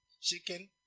chicken